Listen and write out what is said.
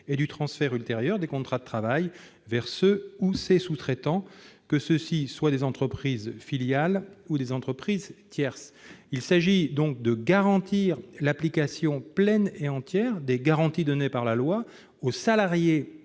et de transfert ultérieur des contrats de travail vers ce ou ces sous-traitants, que ceux-ci soient des entreprises filiales ou des entreprises tierces. Il s'agit d'assurer l'application pleine et entière des garanties données par la loi aux salariés